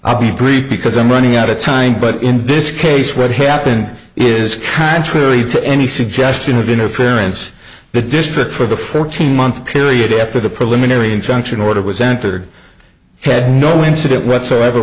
i'll be brief because i'm running out of time but in this case what happened is contrary to any suggestion of interference the district for the fourteen month period after the preliminary injunction order was entered had no incident whatsoever